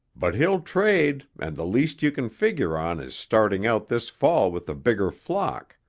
but he'll trade and the least you can figure on is starting out this fall with a bigger flock.